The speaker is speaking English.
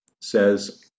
says